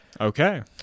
Okay